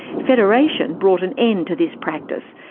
federation brought an end to this practice,